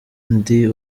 ndi